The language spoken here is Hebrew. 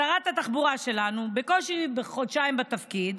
שרת התחבורה שלנו, בקושי חודשיים בתפקיד,